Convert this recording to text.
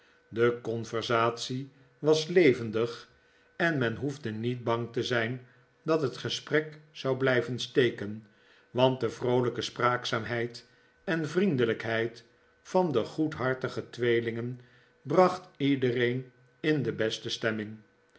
de conversatie was levendig en men hoefde niet bang te zijn dat het gesprek zou blijven steken want de vroolijke spraakzaamheid en vriendelijkheid van de goedhartige tweelingen bracht iedereen in de beste stemming